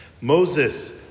Moses